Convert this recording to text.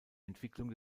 entwicklung